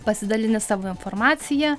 pasidalini savo informacija